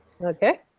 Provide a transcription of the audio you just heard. Okay